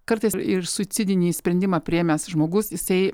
kartais ir suicidinį sprendimą priėmęs žmogus jisai